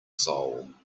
soul